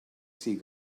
sea